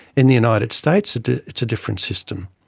in the united states it's a different system.